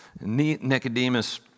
Nicodemus